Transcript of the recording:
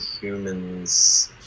human's